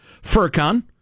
FurCon